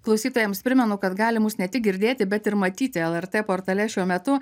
klausytojams primenu kad gali mus ne tik girdėti bet ir matyti lrt portale šiuo metu